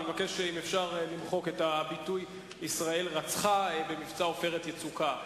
אני מבקש אם אפשר למחוק את הביטוי "ישראל רצחה במבצע 'עופרת יצוקה'".